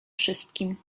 wszystkim